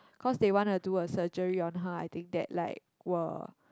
cause they wanna do a surgery on her I think that like will